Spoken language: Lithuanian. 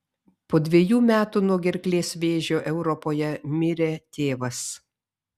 po dvejų metų nuo gerklės vėžio europoje mirė tėvas